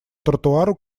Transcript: тротуару